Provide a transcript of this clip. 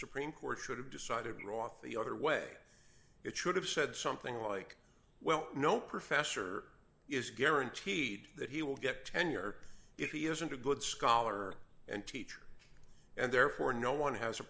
supreme court should have decided roth the other way it should have said something like well no professor is guaranteed that he will get tenure if he isn't a good scholar and teacher and therefore no one has a